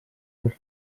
les